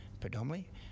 predominantly